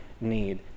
need